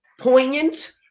poignant